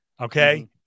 okay